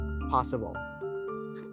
possible